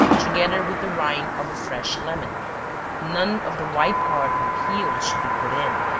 together with the rind of a fresh lemon none of the white part of the peel should be put in.